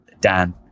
Dan